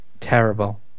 Terrible